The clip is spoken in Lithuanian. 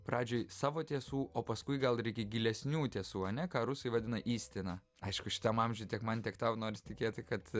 pradžiai savo tiesų o paskui gal reikia gilesnių tiesų ane ką rusai vadina ystina aišku šitam amžiui tiek man tiek tau noris tikėti kad